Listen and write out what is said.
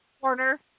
Corner